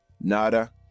nada